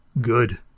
good